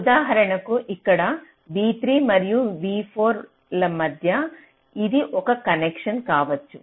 ఉదాహరణకు ఇక్కడ v3 మరియు v4 ల మధ్య ఇది ఒక కనెక్షన్ కావచ్చు